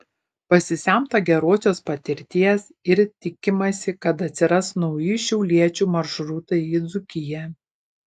pasisemta gerosios patirties ir tikimasi kad atsiras nauji šiauliečių maršrutai į dzūkiją